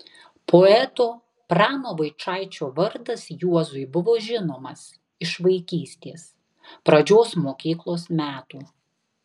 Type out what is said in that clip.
poeto prano vaičaičio vardas juozui buvo žinomas iš vaikystės pradžios mokyklos metų